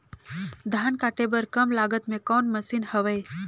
धान काटे बर कम लागत मे कौन मशीन हवय?